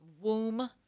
womb